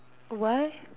what